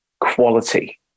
quality